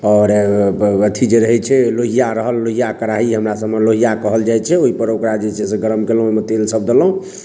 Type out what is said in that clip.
आओर अथी जे रहै छै लोहिया रहल लोहिया कड़ाही हमरा सभमे लोहिया कहल जाइ छै ओहि पर ओकरा जे छै से गरम केलहुॅं ओहिमे तेल सभ देलहुॅं